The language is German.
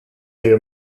wir